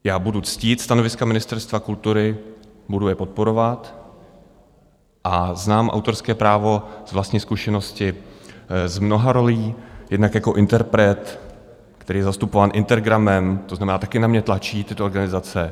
Já budu ctít stanoviska Ministerstva kultury, budu je podporovat, a znám autorské právo z vlastní zkušenosti z mnoha rolí, jednak jako interpret, který je zastupován INTERGRAMem, to znamená, taky na mě tlačí tyto organizace.